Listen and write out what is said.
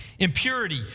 Impurity